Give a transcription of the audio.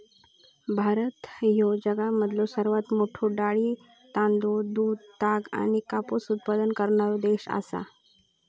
भारत ह्यो जगामधलो सर्वात मोठा डाळी, तांदूळ, दूध, ताग आणि कापूस उत्पादक करणारो देश आसा